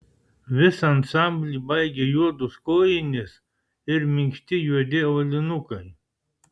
visą ansamblį baigė juodos kojinės ir minkšti juodi aulinukai